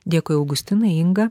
dėkui augustina inga